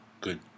good